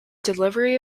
delivery